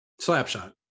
Slapshot